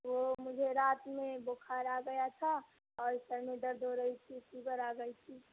وہ مجھے رات میں بخار آ گیا تھا اور سر میں درد ہو رہی تھی فیور آ گئی تھی